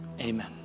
Amen